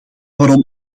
waarom